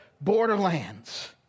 borderlands